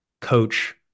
coach